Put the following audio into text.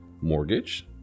mortgage